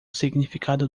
significado